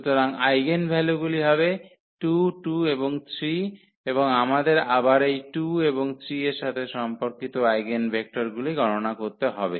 সুতরাং আইগেনভ্যালুগুলি হবে 2 2 এবং 3 এবং আমাদের আবার এই 2 এবং 3 এর সাথে সম্পর্কিত আইগেনভেক্টরগুলি গণনা করতে হবে